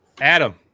Adam